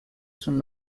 son